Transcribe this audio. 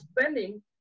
spending